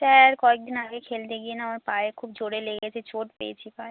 sir কয়েক দিন আগে খেলতে গিয়ে না আমার পায়ে খুব জোরে লেগেছে চোট পেয়েছি পায়ে